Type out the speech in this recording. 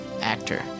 Actor